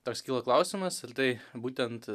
toks kilo klausimas ar tai būtent